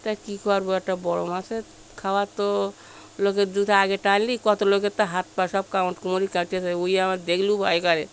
তাই কী করব একটা বড় মাছ খাওয়ার তো লোকের দুধে আগে টানলে কত লোকের তো হাত পা সব কামড় কুমিরে কেটে দেয় ওই আমার দেখলেও ভয় করে